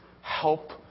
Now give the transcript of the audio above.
help